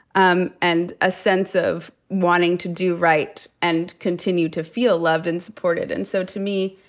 um and a sense of wanting to do right and continue to feel loved and supported. and so to me,